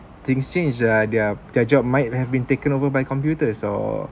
things change their their their job might have been taken over by computers or